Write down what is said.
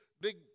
big